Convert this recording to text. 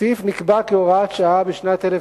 הסעיף נקבע כהוראת שעה בשנת 1995,